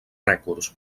rècords